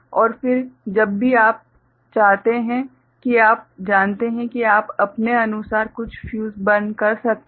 और फिर जब भी आप चाहते हैं कि आप जानते हैं कि आप अपने अनुसार कुछ फ़्यूज़ बर्न कर सकते हैं